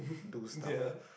do stuff